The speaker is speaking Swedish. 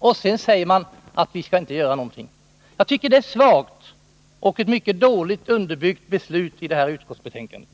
Men sedan säger man att man inte skall göra någonting. Jag tycker att det är ett svagt och ett mycket dåligt underbyggt ställningstagande i betänkandet.